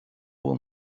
will